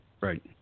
Right